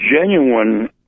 genuine